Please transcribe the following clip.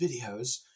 videos